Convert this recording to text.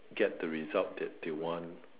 get the result that they want